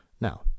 Now